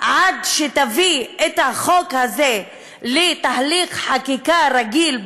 עד שתביא את החוק הזה לתהליך חקיקה רגיל,